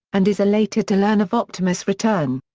and is elated to learn of optimus' return.